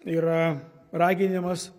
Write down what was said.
yra raginimas